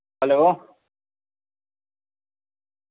hello